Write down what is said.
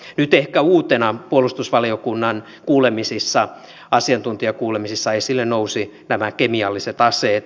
nyt ehkä uutena puolustusvaliokunnan asiantuntijakuulemisissa esille nousivat nämä kemialliset aseet